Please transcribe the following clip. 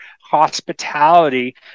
hospitality